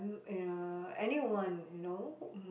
uh any one you know